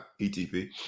ETP